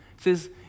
says